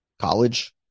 college